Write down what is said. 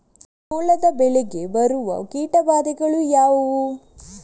ಜೋಳದ ಬೆಳೆಗೆ ಬರುವ ಕೀಟಬಾಧೆಗಳು ಯಾವುವು?